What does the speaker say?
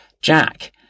Jack